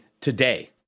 today